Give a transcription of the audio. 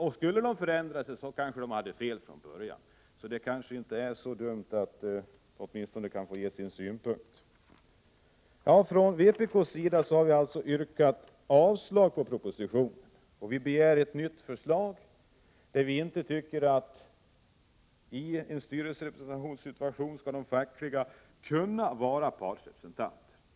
Men skulle man ändra sig, så kanske man hade fel från början. Det kanske inte är så dumt att de anställda åtminstone kan få ge uttryck för sina synpunkter. Vi i vpk har yrkat avslag på propositionen, och vi begär ett nytt förslag. I en styrelse skall facklig företrädare kunna vara partsrepresentant.